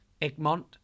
Egmont